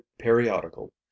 periodical